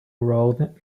road